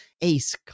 Ace